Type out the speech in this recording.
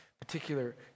particular